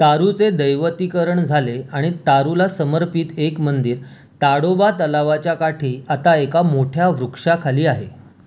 तारूचे दैवतीकरण झाले आणि तारूला समर्पित एक मंदिर ताडोबा तलावाच्या काठी आता एका मोठ्या वृक्षाखाली आहे